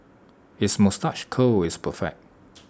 his moustache curl is perfect